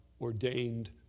ordained